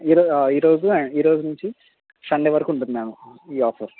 ఈ రోజు ఈ రోజు అండ్ ఈ రోజు నుంచి సండే వరకు ఉంటుంది మేడం ఈ ఆఫర్